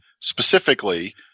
specifically